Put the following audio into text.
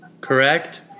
Correct